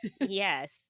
Yes